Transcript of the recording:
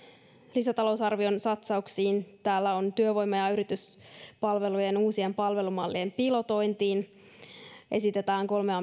lisätalousarvion satsauksiin täällä työvoima ja yrityspalvelujen uusien palvelumallien pilotointiin esitetään kolmen